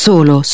Solo